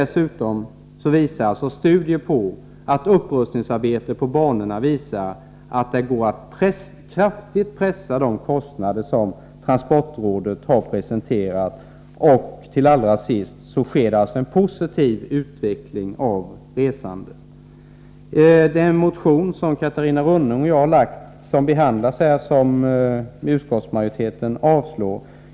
Studier visar att upprustningsarbete på banorna medför att det går att kraftigt pressa ned de kostnader som transportrådet har presenterat. Avslutningsvis konstaterar jag alltså att det sker en positiv utveckling av resandet. Den motion som Catarina Rönnung och jag har väckt avstyrks av utskottsmajoriteten.